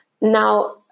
Now